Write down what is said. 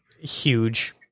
huge